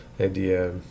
idea